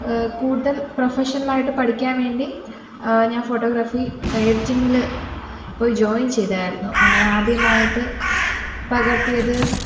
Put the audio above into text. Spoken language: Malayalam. കൂടുതൽ പ്രൊഫഷണലായിട്ട് പഠിക്കാൻ വേണ്ടി ഞാൻ ഫോട്ടോഗ്രഫി എഡിറ്റിങ്ങില് പോയി ജോയിൻ ചെയ്തിരുന്നു അങ്ങനെ ആദ്യമായിട്ട് പകർത്തിയത്